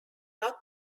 not